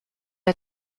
are